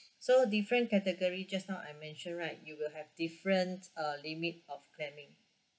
so different category just now I mention right you will have different uh limit of claiming